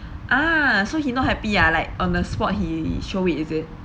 ah so he not happy ah like on the spot he show it is it